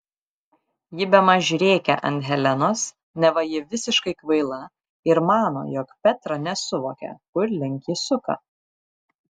ji bemaž rėkia ant helenos neva ji visiškai kvaila ir mano jog petra nesuvokia kur link ji suka